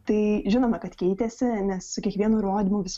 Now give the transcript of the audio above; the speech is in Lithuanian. tai žinoma kad keitėsi nes su kiekvienu įrodymu vis